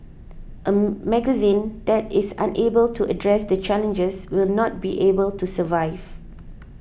a magazine that is unable to address the challenges will not be able to survive